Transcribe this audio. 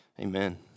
amen